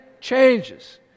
changes